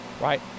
right